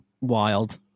wild